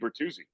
bertuzzi